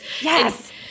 Yes